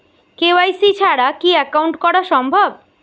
KYC ছাড়া কি account করা সম্ভব?